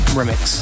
remix